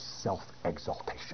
self-exaltation